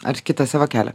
ar kitą savo kelią